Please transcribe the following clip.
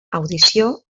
audició